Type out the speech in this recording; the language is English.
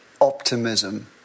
optimism